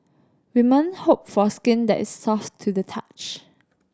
women hope for skin that is soft to the touch